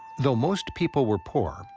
though most people were poor,